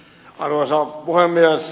arvoisa puhemies